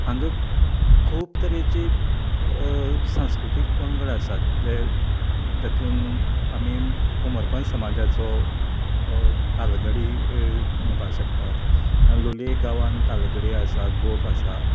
हांगा खूप तरेचे सांस्कृतीक पंगड आसात तें जेतूंत आमी कोमरपंत समाजाचो तालगडी म्हणपाक शकतात लोंलये गांवान तालगडी आसा गोफ आसा